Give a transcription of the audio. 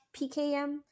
PKM